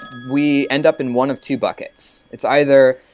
we end up in one of two buckets. it's either,